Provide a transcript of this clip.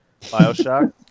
Bioshock